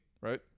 Right